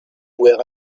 were